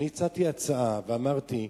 אני הצעתי הצעה ואמרתי: